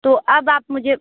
तो अब आप मुझे